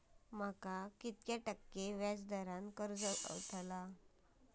माका किती टक्के व्याज दरान कर्ज गावतला?